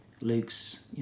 Luke's